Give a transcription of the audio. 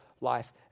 life